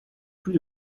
plus